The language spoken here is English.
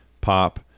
Pop